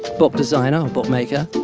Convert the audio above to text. book designer or book maker.